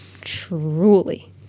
Truly